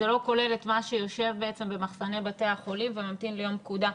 זה לא כולל את מה שיושב במחסני בתי החולים וממתין ליום פקודה.